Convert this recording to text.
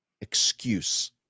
excuse